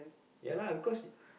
ya lah because